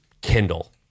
Kindle